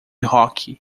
hóquei